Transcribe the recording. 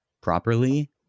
properly